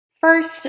First